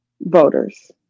voters